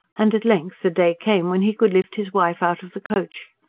and at length the day came when he could lift his wife out of the coach.